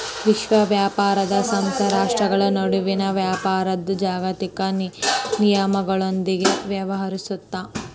ವಿಶ್ವ ವ್ಯಾಪಾರ ಸಂಸ್ಥೆ ರಾಷ್ಟ್ರ್ಗಳ ನಡುವಿನ ವ್ಯಾಪಾರದ್ ಜಾಗತಿಕ ನಿಯಮಗಳೊಂದಿಗ ವ್ಯವಹರಿಸುತ್ತದ